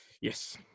Yes